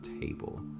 table